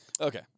Okay